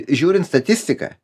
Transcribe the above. žiūrint statistiką